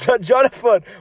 Jonathan